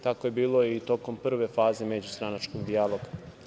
Tako je i bilo i tokom prve faze međustranačkog dijaloga.